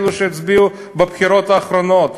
אלה שהצביעו בבחירות האחרונות.